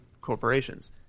corporations